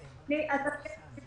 תשובה.